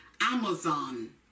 Amazon